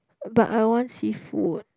but I want seafood